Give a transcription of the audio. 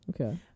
Okay